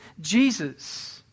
Jesus